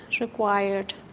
required